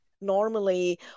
Normally